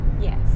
Yes